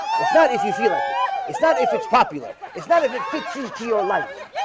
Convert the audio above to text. it's not if you feel like it. it's not if it's popular it's not if it fits into your life